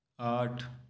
आठ